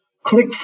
click